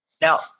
Now